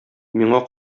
миңа